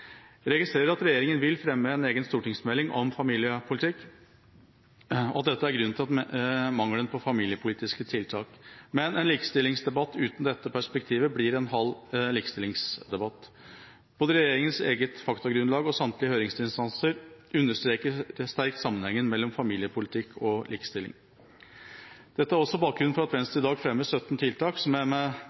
registrerer at regjeringa vil fremme en egen stortingsmelding om familiepolitikk, og at dette er grunnen til mangelen på familiepolitiske tiltak. Men en likestillingsdebatt uten dette perspektivet blir en halv likestillingsdebatt. Både regjeringas eget faktagrunnlag og samtlige høringsinstanser understreker sterkt sammenhengen mellom familiepolitikk og likestilling. Dette er også bakgrunnen for at Venstre i dag fremmer forslag om 18 tiltak, som jeg med dette tar opp. Blant disse er